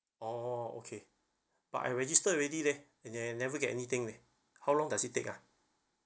oh okay but I registered already leh and then never get anything leh how long does it take ah